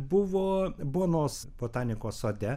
buvo bonos botanikos sode